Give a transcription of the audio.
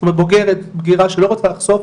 זאת אומרת בגירה שלא רוצה לחשוף,